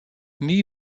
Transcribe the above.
nie